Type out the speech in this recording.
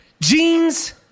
jeans